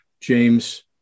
James